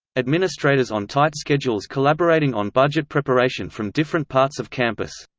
administrators on tight schedules collaborating on budget preparation from different parts of campus